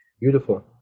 Beautiful